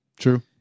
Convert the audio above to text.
true